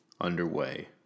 underway